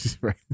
right